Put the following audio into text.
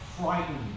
frightened